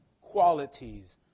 qualities